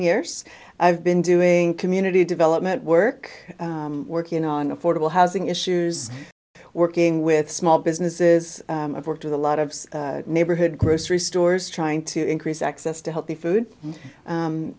years i've been doing community development work working on affordable housing issues working with small businesses i've worked with a lot of neighborhood grocery stores trying to increase access to healthy food